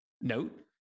note